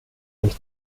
durch